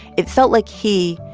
it felt like he,